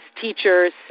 teachers